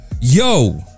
Yo